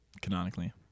canonically